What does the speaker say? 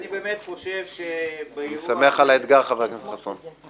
אני שמח על האתגר, חבר הכנסת חסון.